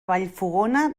vallfogona